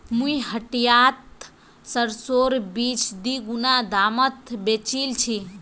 मुई हटियात सरसोर बीज दीगुना दामत बेचील छि